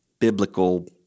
biblical